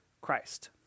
Christ